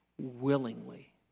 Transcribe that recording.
willingly